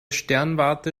sternwarte